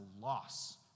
loss